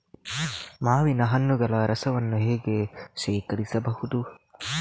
ಮಾವಿನ ಹಣ್ಣುಗಳ ರಸವನ್ನು ಹೇಗೆ ಶೇಖರಿಸಬಹುದು?